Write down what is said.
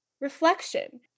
reflection